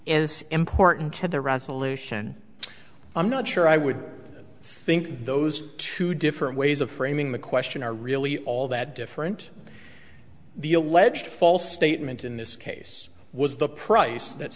is important to the resolution i'm not sure i would think those two different ways of framing the question are really all that different the alleged false statement in this case was the price that